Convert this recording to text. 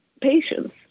patients